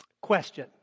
Question